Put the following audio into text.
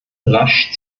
rasch